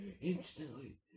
Instantly